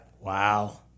Wow